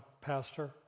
pastor